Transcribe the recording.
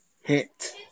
hit